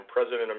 President